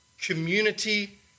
community